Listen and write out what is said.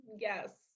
Yes